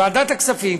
ועדת הכספים,